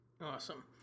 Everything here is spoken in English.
Awesome